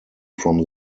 from